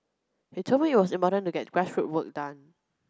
he told me it was important to get grassroot work done